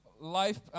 life